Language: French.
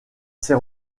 ses